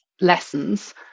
lessons